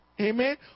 Amen